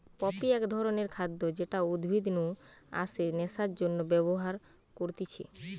poppy এক ধরণের খাদ্য যেটা উদ্ভিদ নু আসে নেশার জন্যে ব্যবহার করতিছে